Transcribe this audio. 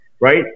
right